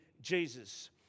Jesus